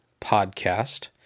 Podcast